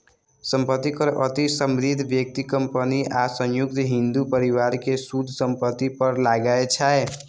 संपत्ति कर अति समृद्ध व्यक्ति, कंपनी आ संयुक्त हिंदू परिवार के शुद्ध संपत्ति पर लागै छै